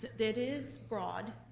that is broad,